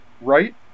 right